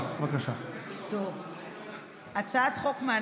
עשר דקות לרשותך, גברתי השרה.